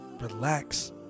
relax